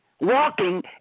walking